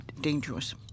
dangerous